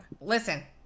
listen